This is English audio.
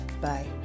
Bye